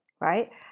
right